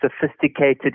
sophisticated